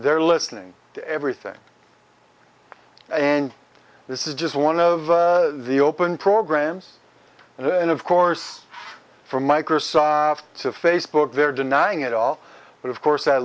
they're listening to everything and this is just one of the open programs and then of course from microsoft to facebook they're denying it all but of course that